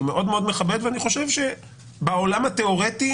אני מאוד מאוד מכבד ואני חושב שבעולם התיאורטי